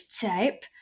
type